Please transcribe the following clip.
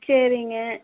சரிங்க